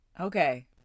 Okay